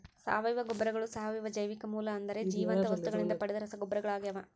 ಸಾವಯವ ಗೊಬ್ಬರಗಳು ಸಾವಯವ ಜೈವಿಕ ಮೂಲ ಅಂದರೆ ಜೀವಂತ ವಸ್ತುಗಳಿಂದ ಪಡೆದ ರಸಗೊಬ್ಬರಗಳಾಗ್ಯವ